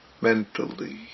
mentally